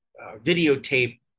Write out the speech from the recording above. videotape